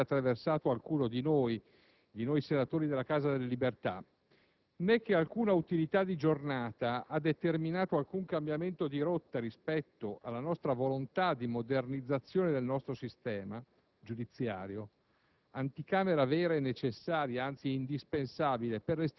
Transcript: sul fatto che nessuna pulsione autolesionistica ha improvvisamente attraversato alcuno di noi, di noi senatori della Casa delle Libertà, né che alcuna utilità di giornata ha determinato alcun cambiamento di rotta rispetto alla nostra volontà di modernizzazione del nostro sistema giudiziario,